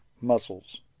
muscles